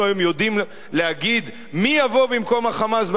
אנחנו היום יודעים להגיד מי יבוא במקום ה"חמאס"